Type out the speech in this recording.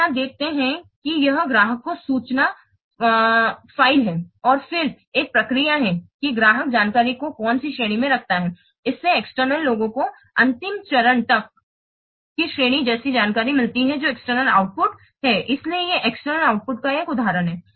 आप यहाँ देखते हैं कि यह ग्राहक को सूचना फ़ाइल है और फिर एक प्रक्रिया है कि ग्राहक जानकारी को कौन सी श्रेणी में रखता है इससे एक्सटर्नल लोगों को अंतिम चरण तक की श्रेणी जैसी जानकारी मिलती है जो एक्सटर्नल आउटपुट है इसलिए ये एक्सटर्नल आउटपुट का एक उदाहरण है